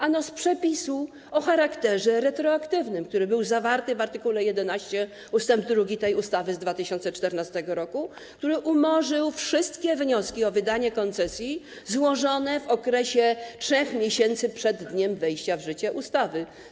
Ano z przepisu o charakterze retroaktywnym, który był zawarty w art. 11 ust. 2 tej ustawy z 2014 r., który umorzył wszystkie wnioski o wydanie koncesji złożone w okresie 3 miesięcy przed dniem wejścia w życie ustawy.